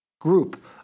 group